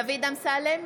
(קוראת בשמות חברי הכנסת) דוד אמסלם,